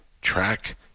track